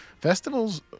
Festivals